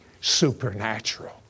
supernatural